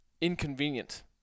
inconvenient